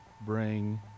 bring